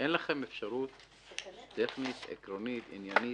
אין לכם אפשרות טכנית, עקרונית, עניינית?